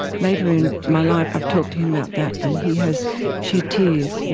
later in my life i've talked to him about that and he has shed tears, you know